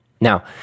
Now